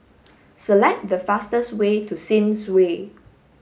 select the fastest way to Sims Way